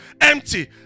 empty